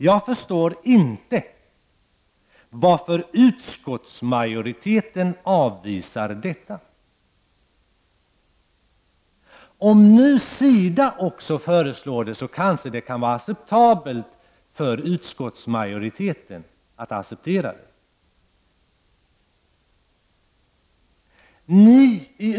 Jag förstår inte varför utskottsmajoriteten avvisar detta. Om också SIDA föreslår detta kanske det kan vara acceptabelt för utskottsmajoriteten.